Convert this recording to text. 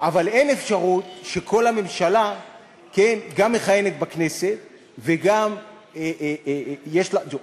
אבל אין אפשרות שכל הממשלה גם מכהנת בכנסת וגם יש לה ג'וב.